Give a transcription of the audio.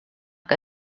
que